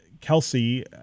Kelsey